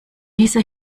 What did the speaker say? dieser